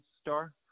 star